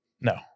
No